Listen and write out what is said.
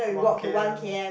one k_m